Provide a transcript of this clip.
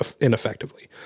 ineffectively